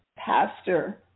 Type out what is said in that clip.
Pastor